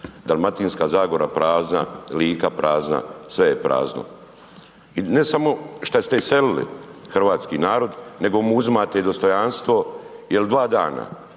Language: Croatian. Dalmatinska zagora prazna, Lika prazna, sve je prazno. I ne samo šta ste iselili hrvatski narod nego mu uzimate i dostojanstvo jel dva dana